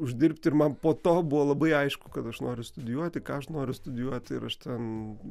uždirbti ir man po to buvo labai aišku kad aš noriu studijuoti ką aš noriu studijuoti ir aš ten